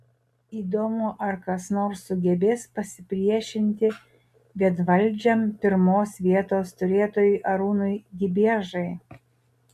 įdomu ar kas nors sugebės pasipriešinti vienvaldžiam pirmos vietos turėtojui arūnui gibiežai